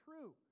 true